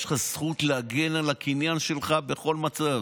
יש לך זכות להגן על הקניין שלך בכל מצב.